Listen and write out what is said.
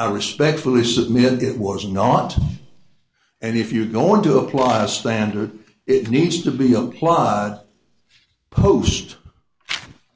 i respectfully submit it was not and if you're going to apply a standard it needs to be applied post